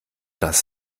das